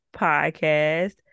podcast